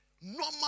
Normal